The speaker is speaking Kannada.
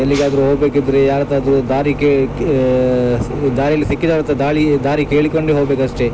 ಎಲ್ಲಿಗಾದರು ಹೋಗ್ಬೇಕಿದ್ರೆ ಯಾರ ಹತ್ರ ಆದರೂ ದಾರಿ ಕೆ ಕೇ ದಾರಿಲಿ ಸಿಕ್ಕಿದವ್ರ ಹತ್ರ ದಾಳಿ ದಾರಿ ಕೇಳಿಕೊಂಡೆ ಹೋಗ್ಬೇಕು ಅಷ್ಟೆ